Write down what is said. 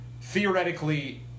theoretically